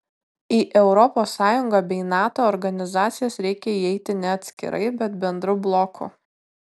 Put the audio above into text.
į europos sąjungą bei nato organizacijas reikia įeiti ne atskirai bet bendru bloku